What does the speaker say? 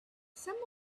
some